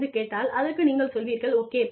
என்று கேட்டால் அதற்கு நீங்கள் சொல்வீர்கள் ஓகே